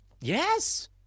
Yes